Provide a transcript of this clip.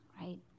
right